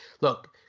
Look